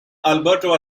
alberto